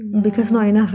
yeah